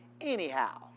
anyhow